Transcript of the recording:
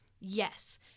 Yes